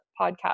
podcast